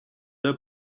der